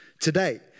today